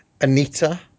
Anita